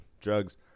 Drugs